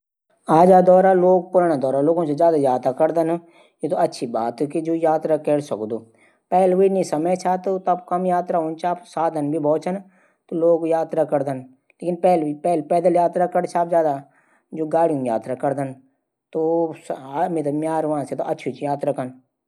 म्मार तीन दोस्त छन। ज्यूंक उम्र तीस, पैतीस, अड़तीस, चा